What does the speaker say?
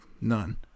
None